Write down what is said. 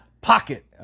pocket